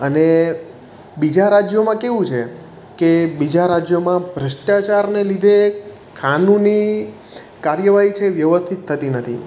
અને બીજા રાજ્યોમાં કેવું છે કે બીજા રાજ્યોમાં ભ્રષ્ટાચારને લીધે કાનૂની કાર્યવાહી છે એ વ્યવસ્થિત થતી નથી